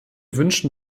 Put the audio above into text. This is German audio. wünschen